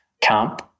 camp